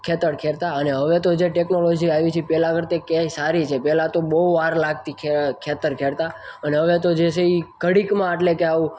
ખેતર ખેડતા અને હવે તો જે ટેકનોલોજી આવી છે એ પહેલાં કરતાં ક્યાંય સારી છે પહેલાં તો બહુ વાર લગતી ખેતર ખેડતા અને હવે તો જે છે એ ઘડીકમાં એટલે કે આવું